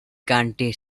county